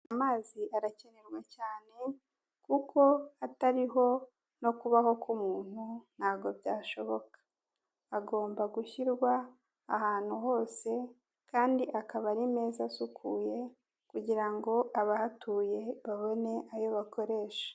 Amazi arakenerwa cyane kuko atariho no kubaho k'umuntu ntabwo byashoboka, agomba gushyirwa ahantu hose kandi akaba ari meza asukuye kugira ngo abahatuye babone ayo bakoresha.